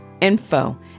info